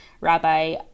Rabbi